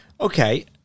Okay